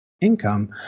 income